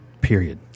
period